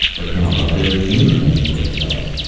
account of there ain't anyplace else.